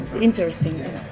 interesting